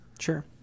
Sure